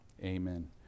Amen